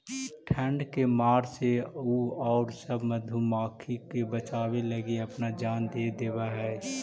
ठंड के मार से उ औउर सब मधुमाखी के बचावे लगी अपना जान दे देवऽ हई